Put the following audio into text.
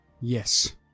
Yes